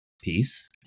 peace